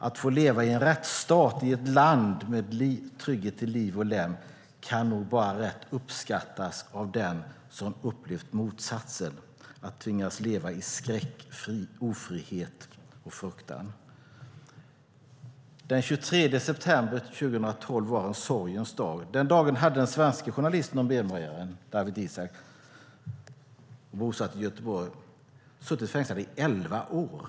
Att få leva i en rättsstat, i ett land med trygghet till liv och lem kan nog bara rätt uppskattas av den som upplevt motsatsen, att tvingas leva i skräck, ofrihet och fruktan. Den 23 september 2012 var en sorgens dag. Den dagen hade den svenska journalisten och medborgaren Dawit Isaak, bosatt i Göteborg, suttit fängslad i elva år.